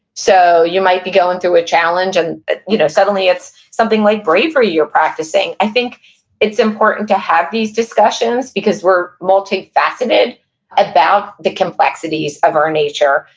so i might be going through a challenge, and you know, suddenly it's something like bravery you're practicing. i think it's important to have these discussions, because we're multifaceted about the complexities of our nature,